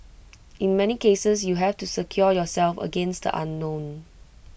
in many cases you have to secure yourself against the unknown